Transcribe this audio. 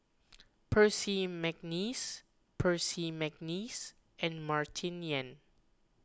Percy McNeice Percy McNeice and Martin Yan